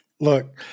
Look